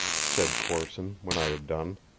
said corson when i had done,